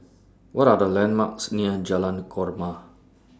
What Are The landmarks near Jalan Korma